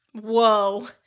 whoa